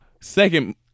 Second